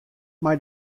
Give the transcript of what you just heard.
mei